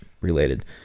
related